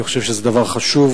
אני חושב שזה דבר חשוב.